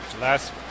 Last